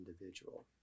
individual